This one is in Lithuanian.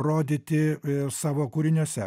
rodyti savo kūriniuose